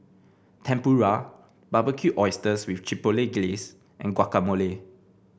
Tempura Barbecued Oysters with Chipotle Glaze and Guacamole